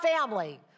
family